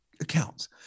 accounts